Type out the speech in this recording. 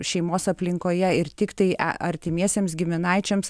šeimos aplinkoje ir tiktai a artimiesiems giminaičiams